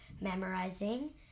memorizing